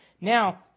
Now